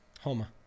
Homa